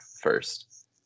first